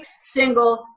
single